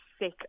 sick